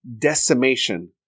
decimation